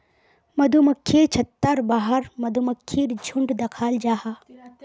मधुमक्खिर छत्तार बाहर मधुमक्खीर झुण्ड दखाल जाहा